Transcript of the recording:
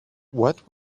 what